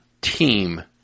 team